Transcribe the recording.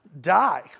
die